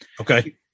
Okay